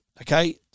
okay